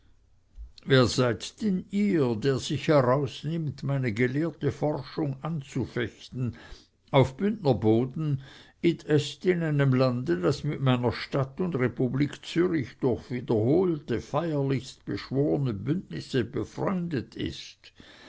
wer seid denn ihr der sich herausnimmt meine gelehrte forschung anzufechten auf bündnerboden id est in einem lande das mit meiner stadt und republik zürich durch wiederholte feierlichst beschworene bündnisse befreundet ist